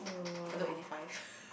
Bedok eighty five